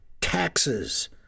taxes